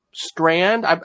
Strand